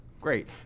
Great